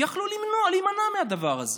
יכלו להימנע מהדבר הזה?